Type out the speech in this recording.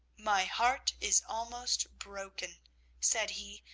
my heart is almost broken said he,